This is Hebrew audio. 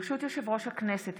ברשות יושב-ראש הכנסת,